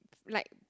like